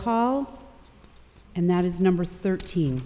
call and that is number thirteen